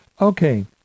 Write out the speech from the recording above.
okay